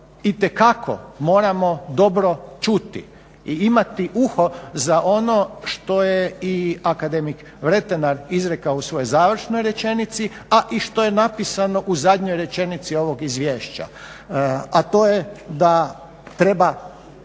itekako moramo dobro čuti i imati uho za ono što je i akademik Vretenar izrekao u svojoj završnoj rečenici, a i što je napisano u zadnjoj rečenici ovog Izvješća a to je da treba